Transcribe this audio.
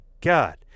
god